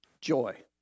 Joy